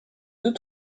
deux